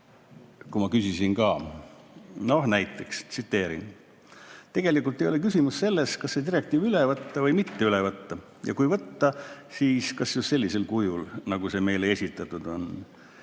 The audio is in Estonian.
Kui ma küsisin temalt, siis [ta vastas], et tegelikult ei ole küsimus selles, kas see direktiiv üle võtta või mitte üle võtta, ja kui võtta, siis kas just sellisel kujul, nagu see meile esitatud on,